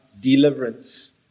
deliverance